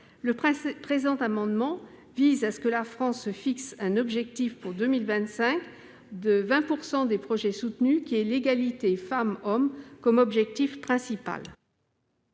Le présent amendement vise à ce que la France se fixe un objectif pour 2025 de 20 % de projets soutenus ayant l'égalité femmes-hommes comme objectif principal.